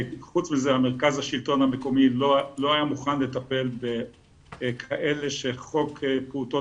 חוץ מזה מרכז השלטון המקומי לא היה מוכן לטפל בכאלה שחוק פעוטות